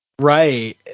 Right